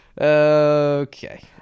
Okay